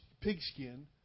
pigskin